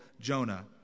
Jonah